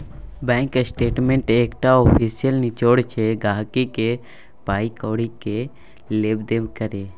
bank statement एकटा official निचोड़ छै गांहिकी केर पाइ कौड़ी केर लेब देब केर